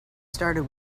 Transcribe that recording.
started